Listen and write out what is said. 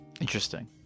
Interesting